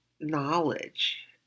knowledge